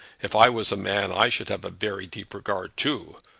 if i was a man i should have a very deep regard too.